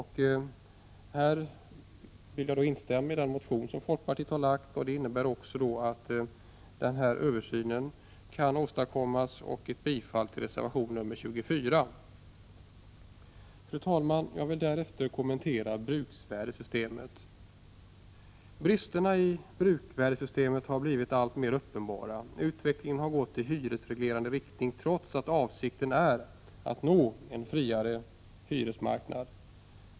Här vill jag instämma i folkpartimotionerna i den delen, vilket innebär att en sådan översyn kommer till stånd, och yrka bifall till reservation 24. Fru talman! Härefter vill jag kommentera bruksvärdessystemet. Bristerna i bruksvärdessystemet har blivit alltmer uppenbara. Utvecklingen har gått i hyresreglerande riktning, trots att avsikten är att nå en friare hyresmarknad.